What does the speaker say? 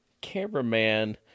cameraman